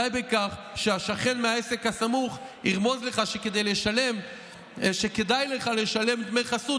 די בכן שהשכן מהעסק הסמוך ירמוז לך שכדאי לך לשלם דמי חסות,